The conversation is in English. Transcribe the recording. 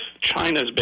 China's